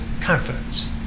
confidence